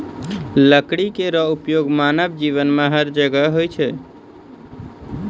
लकड़ी केरो उपयोग मानव जीवन में हर जगह होय छै